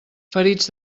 ferits